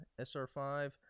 SR5